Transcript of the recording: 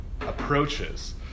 approaches